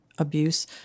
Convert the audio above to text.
abuse